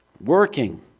Working